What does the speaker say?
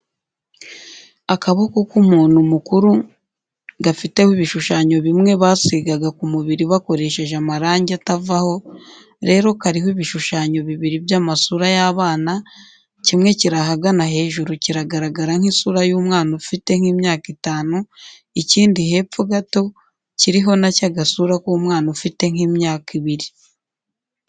Akaboko k'umuntu mukuri gafiteho ibishushanyo bimwe basigaga ku mubiri bakoresheje amarangi atavaho, rero kariho ibishushanyo biriri by'amasura yabana kimwe kiri ahagana hejuru kiragarara nkisura y'umwana ufite nkimyaka itanu, ikindi hepfo Gato kiriho nacyo agasura kumwana ufite nk'imyaka ibiti.